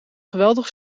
geweldig